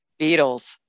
Beatles